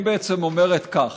היא בעצם אומרת כך: